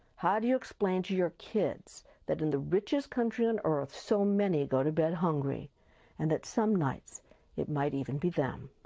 how do you explain to your kids that in the richest country on earth so many go to bed hungry and that some nights it might even be them?